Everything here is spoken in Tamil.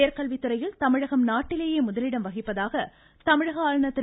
உயர்கல்வித்துறையில் தமிழகம் நாட்டிலேயே முதலிடம் வகிப்பதாக தமிழக ஆளுநர் திரு